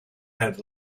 had